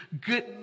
good